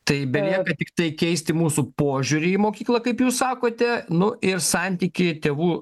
tai belieka tiktai keisti mūsų požiūrį į mokyklą kaip jūs sakote nu ir santykiai tėvų